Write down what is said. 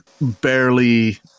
barely